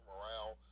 morale